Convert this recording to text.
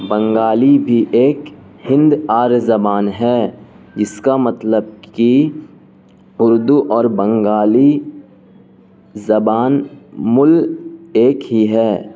بنگالی بھی ایک ہند آریہ زبان ہے اس کا مطلب کہ اردو اور بنگالی زبان مول ایک ہی ہے